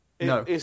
No